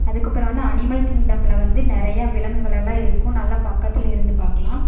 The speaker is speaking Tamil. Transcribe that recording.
அதுக்கப்புறம் வந்து அனிமல் கிங்டமில் வந்து நிறையா விலங்குகள் எல்லாம் இருக்கும் நல்லா பக்கத்தில் இருந்து பார்க்கலாம்